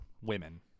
women